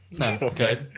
Okay